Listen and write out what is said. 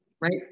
Right